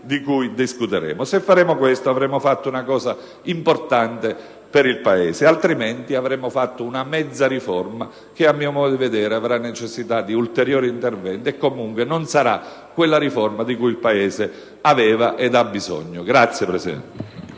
dei quali discuteremo. Se lo faremo, avremo fatto una cosa importante per il Paese; altrimenti, avremo fatto una mezza riforma che, a mio modo di vedere, avrà necessità di ulteriori interventi e, comunque, non sarà quella di cui il Paese aveva ed ha bisogno. *(Applausi